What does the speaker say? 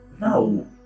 No